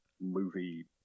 movie